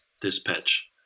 dispatch